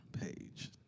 page